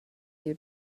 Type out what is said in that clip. you